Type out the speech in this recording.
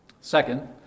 Second